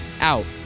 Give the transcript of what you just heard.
out